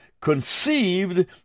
conceived